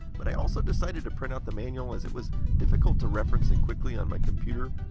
but i also decided to print out the manual as it was difficult to reference it quickly on my computer.